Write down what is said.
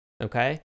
okay